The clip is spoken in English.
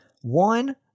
one